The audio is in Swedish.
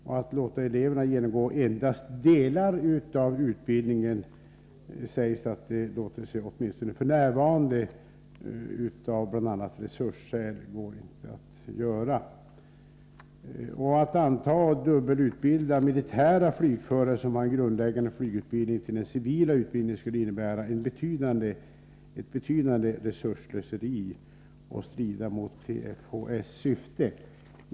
Det går inte, åtminstone inte f. n., att låta eleverna genomgå endast delar av utbildningen, bl.a. av resursskäl. En antagning och dubbelutbildning av militära flygförare som har en grundläggande flygutbildning skulle innebära ett betydande resursslöseri och strida mot TFHS syfte.